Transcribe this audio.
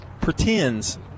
pretends